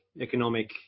economic